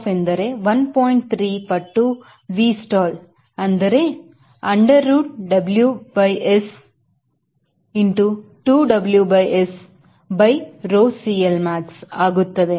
3 ಪಟ್ಟು V stall ಅಂದರೆ under root W by S 2 W by S by rho CLmax